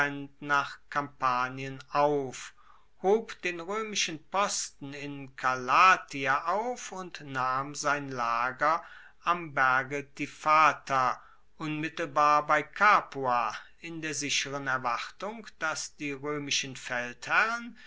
nach kampanien auf hob den roemischen posten in calatia auf und nahm sein lager am berge tifata unmittelbar bei capua in der sicheren erwartung dass die roemischen feldherren